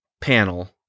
panel